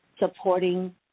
supporting